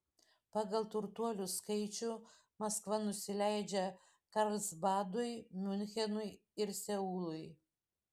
pagal turtuolių skaičių maskva nusileidžia karlsbadui miunchenui ir seului